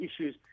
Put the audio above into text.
issues